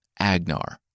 Agnar